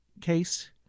case